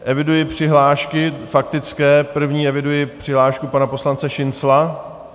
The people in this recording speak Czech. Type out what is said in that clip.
Eviduji přihlášky faktické, první eviduji přihlášku pana poslance Šincla.